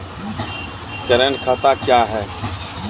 Current खाता क्या हैं?